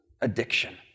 addiction